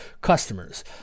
customers